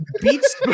beats